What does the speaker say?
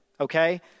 okay